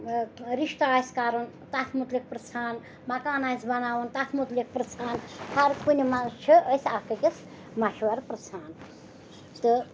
رِشتہٕ آسہِ کَرُن تَتھ متعلق پِرٛژھان مکان آسہِ بَناوُن تَتھ متعلق پِرٛژھان ہر کُنہِ منٛز چھِ أسۍ اَکھ أکِس مَشوَرٕ پِرٛژھان تہٕ